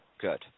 good